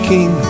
King